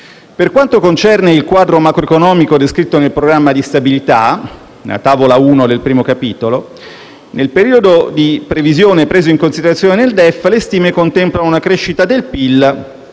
Per quanto concerne il quadro macroeconomico descritto nel programma di stabilità nella Tavola 1 del primo capitolo, nel periodo di previsione preso in considerazione nel DEF, le stime contemplano una crescita del PIL